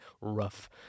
rough